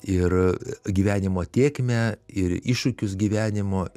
ir gyvenimo tėkmę ir iššūkius gyvenimo